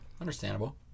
Understandable